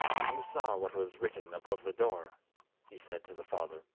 you saw what was written above the door he said to the father.